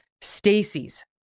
Stacey's